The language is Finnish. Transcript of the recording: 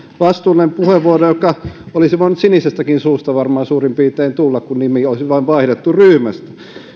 vastuullinen puheenvuoro joka olisi varmaan voinut sinisestäkin suusta suurin piirtein tulla kun nimi olisi vain vaihdettu ryhmästä